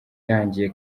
irangiye